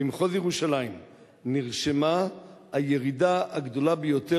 במחוז ירושלים נרשמה הירידה הגדולה ביותר